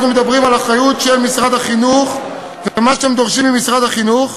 אנחנו מדברים על אחריות של משרד החינוך ומה שאתם דורשים ממשרד החינוך.